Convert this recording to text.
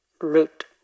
Root